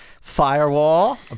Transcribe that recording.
firewall